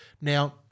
Now